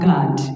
God